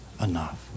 enough